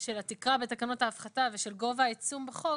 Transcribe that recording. של התקרה בתקנות ההפחתה ושל גובה העיצום בחוק,